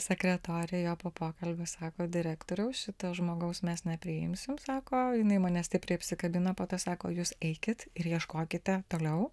sekretorė jo po pokalbio sako direktoriau šito žmogaus mes nepriimsim sako jinai mane stipriai apsikabina po to sako jūs eikit ir ieškokite toliau